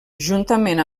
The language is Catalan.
juntament